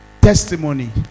testimony